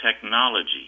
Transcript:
technology